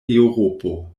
eŭropo